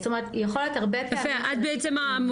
זאת אומרת יכול להיות הרבה פעמים --- את מוכיחה